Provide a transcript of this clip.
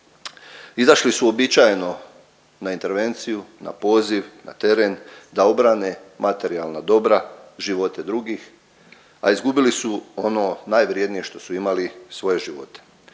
izašli su uobičajeno na intervenciju, na poziv, na teren da obrane materijalna dobra, živote drugih, a izgubili su ono najvrijednije što su imali, svoje živote.